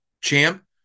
champ